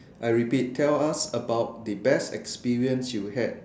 I repeat tell us about the best experience you had